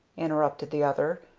interrupted the other.